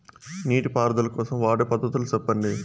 నీటి పారుదల కోసం వాడే పద్ధతులు సెప్పండి?